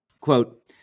quote